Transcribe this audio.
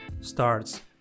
starts